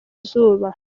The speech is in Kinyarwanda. izuba